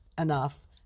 enough